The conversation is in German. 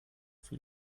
für